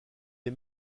les